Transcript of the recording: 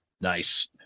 Nice